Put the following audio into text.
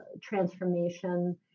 transformation